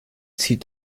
zieht